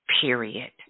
period